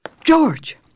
George